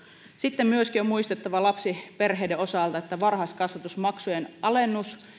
sitten myöskin on muistettava lapsiperheiden osalta varhaiskasvatusmaksujen alennus